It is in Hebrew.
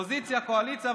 אופוזיציה וקואליציה,